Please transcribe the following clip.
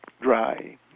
dry